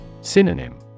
Synonym